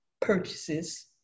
purchases